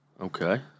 Okay